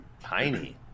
Tiny